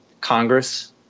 Congress